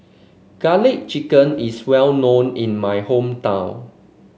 garlic chicken is well known in my hometown